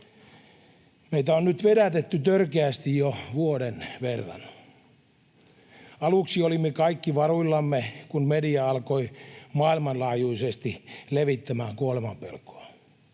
Meitä on nyt vedätetty törkeästi jo vuoden verran. Aluksi olimme kaikki varuillamme, kun media alkoi maailmanlaajuisesti levittämään kuolemanpelkoa.